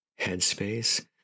headspace